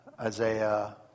Isaiah